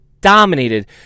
dominated